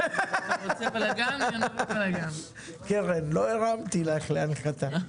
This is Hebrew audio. עושה בלגן --- קרן, לא הרמתי לך להנחתה.